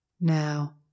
Now